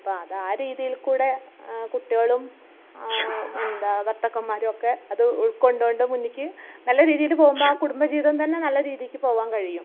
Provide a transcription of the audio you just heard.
അപ്പം അത് ആ രീതിയിൽക്കൂടെ കുട്ടികളും എന്താ ഭർത്താക്കന്മാരും ഒക്കെ അത് ഉൾക്കൊണ്ടുകൊണ്ട് മുന്നിലേക്ക് നല്ലൊരു രീതിയിൽ പോവുമ്പം ആ കുടുംബജീവിതംതന്നെ നല്ല രീതിക്ക് പോവാൻ കഴിയും